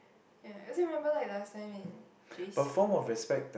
ya I still remember like last time in J_C um